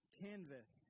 canvas